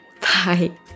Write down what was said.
Bye